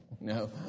No